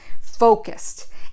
focused